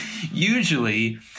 Usually